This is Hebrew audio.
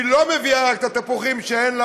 היא לא מביאה רק את התפוחים שאין לה